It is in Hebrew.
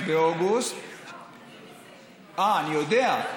אני יודע.